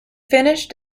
finished